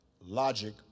Logic